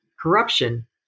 Corruption